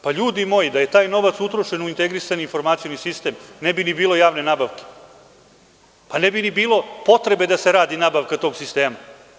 Pa, ljudi moji da je taj novac utrošen u integrisani informacioni sistem, ne bi ni bilo javne nabavke, pa ne bi ni bilo potrebe da se radi nabavka tog sistema.